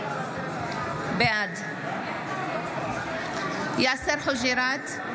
בעד יאסר חוג'יראת,